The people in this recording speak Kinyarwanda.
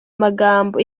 magambo